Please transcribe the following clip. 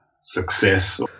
success